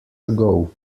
ago